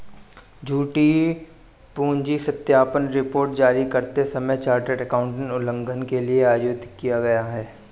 झूठी पूंजी सत्यापन रिपोर्ट जारी करते समय चार्टर्ड एकाउंटेंट उल्लंघन के लिए आयोजित किया गया